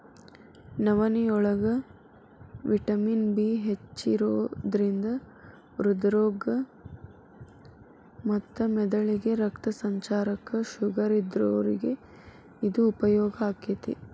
ನವನಿಯೋಳಗ vitamin B ಹೆಚ್ಚಿರೋದ್ರಿಂದ ಹೃದ್ರೋಗ ಮತ್ತ ಮೆದಳಿಗೆ ರಕ್ತ ಸಂಚಾರಕ್ಕ, ಶುಗರ್ ಇದ್ದೋರಿಗೆ ಇದು ಉಪಯೋಗ ಆಕ್ಕೆತಿ